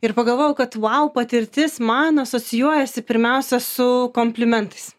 ir pagalvojau kad vau patirtis man asocijuojasi pirmiausia su komplimentais